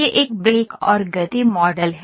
यह एक ब्रेक और गति मॉडल है